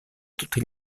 tutti